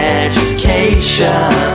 education